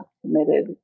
committed